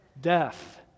death